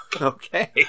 Okay